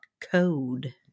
code